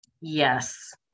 Yes